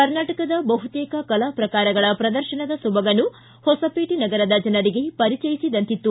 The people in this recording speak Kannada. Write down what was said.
ಕರ್ನಾಟಕದ ಬಹುತೇಕ ಕಲಾ ಪ್ರಕಾರಗಳ ಪ್ರದರ್ಶನದ ಸೊಬಗನ್ನು ಹೊಸಪೇಟೆ ನಗರದ ಜನರಿಗೆ ಪರಿಚಯಿಸಿದಂತಿತ್ತು